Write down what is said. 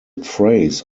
phrase